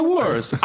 worse